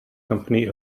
company